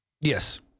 Yes